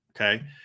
okay